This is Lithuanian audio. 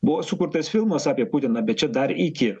buvo sukurtas filmas apie putiną bet čia dar iki